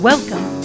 Welcome